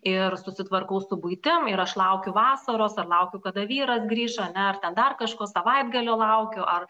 ir susitvarkau su buitim ir aš laukiu vasaros ar laukiu kada vyras grįš ane ar ten dar kažko savaitgalio laukiu ar